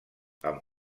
amb